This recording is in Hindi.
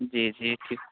जी जी जी